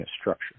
structure